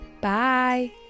Bye